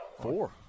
Four